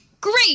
Great